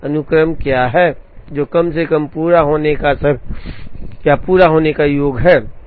अनुक्रम क्या है जो कम से कम पूरा होने का समय या पूरा होने का योग है